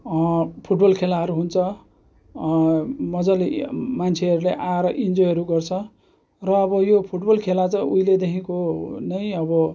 football खेलाहरू हुन्छ मजाले मान्छेहरूले आएर इन्जोयहरू गर्छ र अब यो फुटबल खेला चाहिँ उहिलेदेखिको नै अब